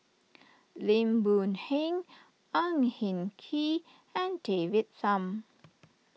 Lim Boon Heng Ang Hin Kee and David Tham